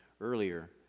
earlier